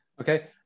Okay